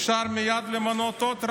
אפשר מייד למנות עוד רב.